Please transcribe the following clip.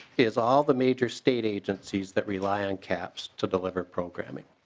is all the major state agencies that rely on caps to deliver programs.